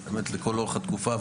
לכל אורך התקופה,